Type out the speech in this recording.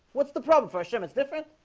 what's the problem first time, it's different